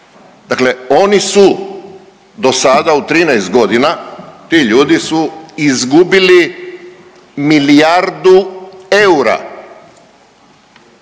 Dakle, oni su dosada u 13 godina ti ljudi su izgubili milijardu eura